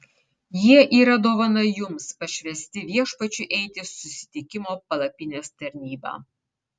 jie yra dovana jums pašvęsti viešpačiui eiti susitikimo palapinės tarnybą